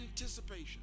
anticipation